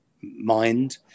mind